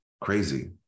crazy